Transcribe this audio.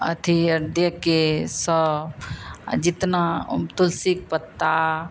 अथि और देकर सब अ जितना वो तुलसी पत्ता